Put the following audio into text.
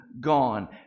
gone